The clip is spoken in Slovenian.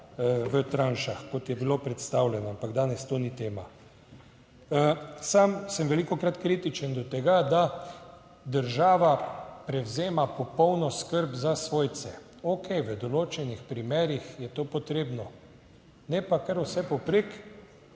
v tranšah kot je bilo predstavljeno, ampak danes to ni tema. Sam sem velikokrat kritičen do tega, da država prevzema popolno skrb za svojce. Okej, v določenih primerih je to potrebno, ne pa kar vse povprek